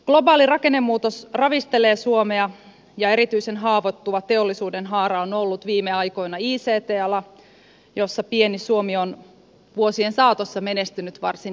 globaali rakennemuutos ravistelee suomea ja erityisen haavoittuva teollisuudenhaara on ollut viime aikoina ict ala jolla pieni suomi on vuosien saatossa menestynyt varsin hienosti